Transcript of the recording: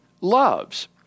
loves